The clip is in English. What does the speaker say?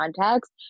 context